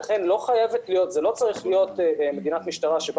לכן לא צריכה להיות מדינת משטרה שבה